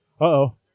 Uh-oh